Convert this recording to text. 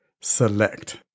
select